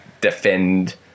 defend